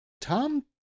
Tom